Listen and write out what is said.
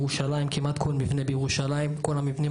כמעט את כל המבנים בירושלים וכל המבנים